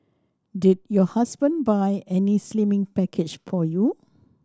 did your husband buy any slimming package for you